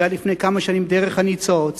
והיה לפני כמה שנים "דרך הניצוץ",